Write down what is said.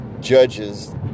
judges